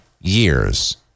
years